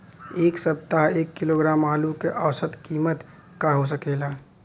एह सप्ताह एक किलोग्राम आलू क औसत कीमत का हो सकेला?